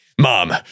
mom